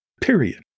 period